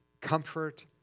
comfort